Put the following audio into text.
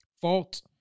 Fault